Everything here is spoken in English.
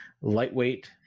lightweight